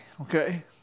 okay